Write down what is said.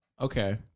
Okay